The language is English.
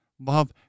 love